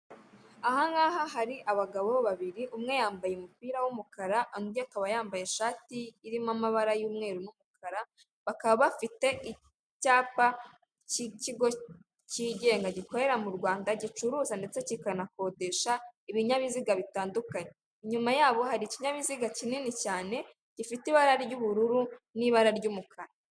Aha ngaha hari abagabo babiri, umwe yambaye umupira w'umukara undi akaba yambaye ishati irimo amabara y'umweru n'umukara, bakaba bafite icyapa cy'ikigo cyigenga gikorera mu Rwanda gicuruza ndetse kikanakodesha ibinyabiziga bitandukanye. Inyuma yabo hari ikinyabiziga kinini cyane gifite ibara ry'ubururu n'ibara ry'umukara.